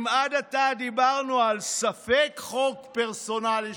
אם עד עתה דיברנו על ספק חוק פרסונלי שהוכתם,